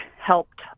helped